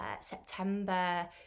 September